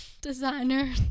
designer